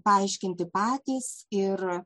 paaiškinti patys ir